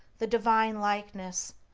the divine likeness,